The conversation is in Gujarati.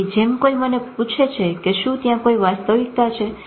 તેથી જેમ કોઈ મને પૂછે છે શું કોઈ ત્યાં કોઈ વાસ્તવિકતા છે